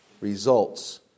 results